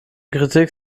kritik